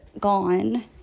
gone